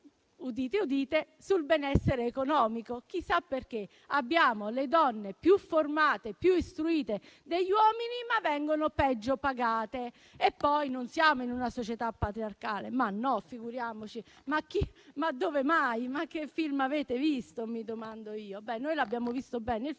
udite udite - sul benessere economico. Chissà perché abbiamo donne più formate e più istruite degli uomini, ma vengono peggio pagate. Poi si dice che non siamo in una società patriarcale; ma no, figuriamoci, ma dove mai? Ma che film avete visto? Noi lo abbiamo visto bene il